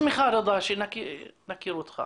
כדי שנכיר אותך.